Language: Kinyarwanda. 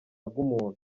bw’umuntu